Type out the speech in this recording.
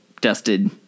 dusted